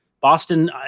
Boston